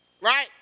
Right